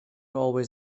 always